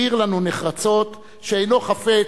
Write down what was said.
הבהיר לנו נחרצות שאינו חפץ,